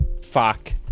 Fuck